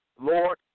Lord